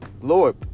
Lord